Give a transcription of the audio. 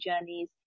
journeys